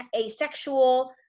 asexual